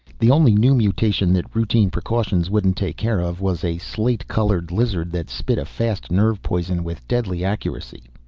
the only new mutation that routine precautions wouldn't take care of was a slate-colored lizard that spit a fast nerve poison with deadly accuracy.